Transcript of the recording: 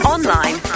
Online